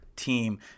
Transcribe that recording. team